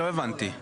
לא הבנתי.